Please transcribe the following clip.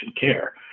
care